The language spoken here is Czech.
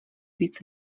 víc